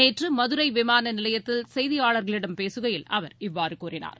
நேற்று மதுரை விமான நிலையத்தில் செய்தியாளர்களிடம் பேசுகையில் அவர் இவ்வாறு கூறினார்